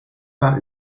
war